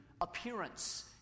appearance